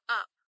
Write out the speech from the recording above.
up